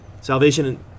Salvation